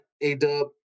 A-Dub